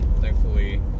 Thankfully